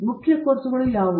ಮುಖ್ಯ ಕೋರ್ಸ್ಗಳು ಯಾವುವು